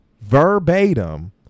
verbatim